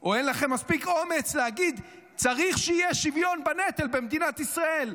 או אין לכם מספיק אומץ להגיד שצריך שיהיה שוויון בנטל במדינת ישראל.